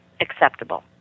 acceptable